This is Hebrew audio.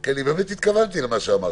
כי באמת התכוונתי למה שאמרתי,